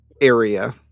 area